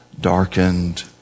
darkened